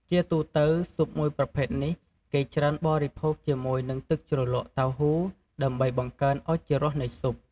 ជាទូទៅស៊ុបមួយប្រភេទនេះគេច្រើនបរិភោគជាមួយនឹងទឹកជ្រលក់តៅហ៊ូដើម្បីបង្កើនឱជារសនៃស៊ុប។